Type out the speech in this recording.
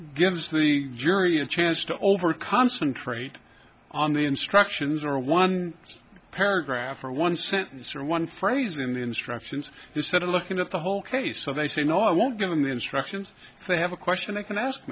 gives the jury a chance to over concentrate on the instructions or one paragraph or one sentence or one phrase in the instructions to sort of looking at the whole case so they say no i won't give them instructions they have a question they can ask